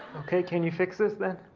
okay, can you fix this then?